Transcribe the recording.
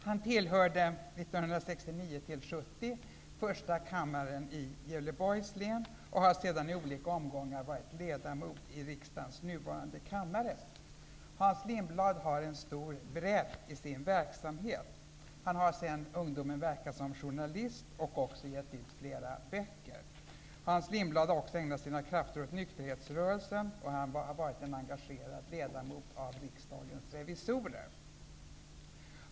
Han tillhörde 1969--1970 första kammaren för Gävleborgs län och har sedan i olika omgångar varit ledamot i riksdagens nuvarande kammare. Hans Lindblad har en stor bredd i sin verksamhet. Han har sedan ungdomen verkat som journalist och också gett ut flera böcker. Hans Lindblad har också ägnat sina krafter åt nykterhetsrörelsen, och han har varit en engagerad ledamot av Riksdagens revisorer.